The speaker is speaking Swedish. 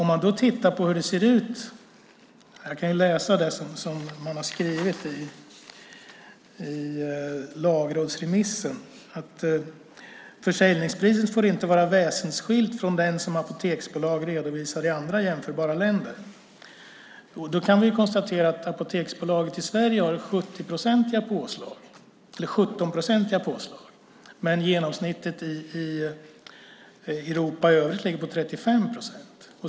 Man har skrivit i lagrådsremissen att försäljningspriset inte får vara väsensskilt från det som apoteksbolag redovisar i andra jämförbara länder. Då kan vi konstatera att apoteksbolaget i Sverige har 17-procentiga påslag. Genomsnittet i Europa i övrigt ligger på 35 procent.